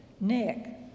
Nick